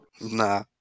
Nah